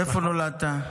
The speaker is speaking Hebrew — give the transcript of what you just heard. איפה נולדת?